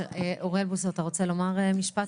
אוריאל בוסו אתה רוצה לומר משפט?